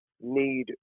need